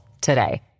today